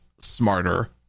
smarter